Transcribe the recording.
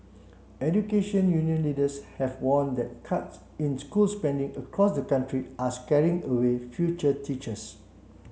education union leaders have warned that cuts in school spending across the country are scaring away future teachers